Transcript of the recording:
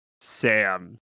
Sam